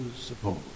suppose